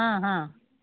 हा हा